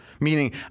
meaning